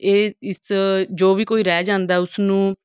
ਇਹ ਇਸ ਜੋ ਵੀ ਕੋਈ ਰਹਿ ਜਾਂਦਾ ਉਸਨੂੰ